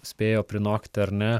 spėjo prinokti ar ne